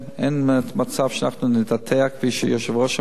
אין מצב שאנחנו נטאטא, כפי שהיושב-ראש אמר.